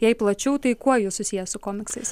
jei plačiau tai kuo jūs susijęs su komiksais